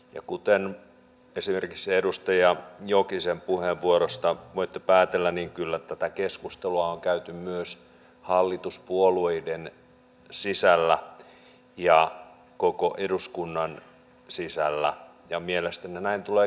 ja kuten esimerkiksi edustaja jokisen puheenvuorosta voitte päätellä kyllä tätä keskustelua on käyty myös hallituspuolueiden sisällä ja koko eduskunnan sisällä ja mielestäni näin tulee käydäkin